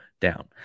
down